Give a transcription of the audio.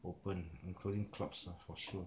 open including clubs ah for sure